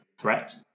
threat